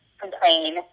complain